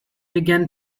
began